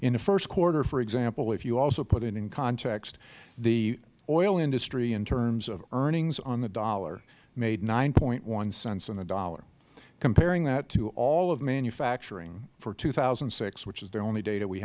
in the first quarter for example if you also put it in context the oil industry in terms of earnings on the dollar made nine point one cents on a dollar comparing that to all of manufacturing for two thousand and six which is the only data we